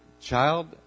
child